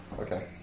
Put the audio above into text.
Okay